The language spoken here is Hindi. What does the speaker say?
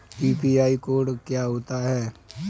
यू.पी.आई कोड क्या होता है?